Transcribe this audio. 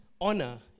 honor